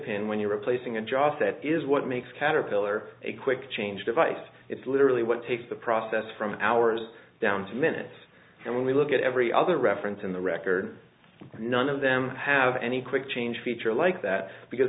pin when you're replacing a job that is what makes caterpillar a quick change device it's literally what takes the process from hours down to minutes and when we look at every other reference in the record none of them have any quick change feature like that because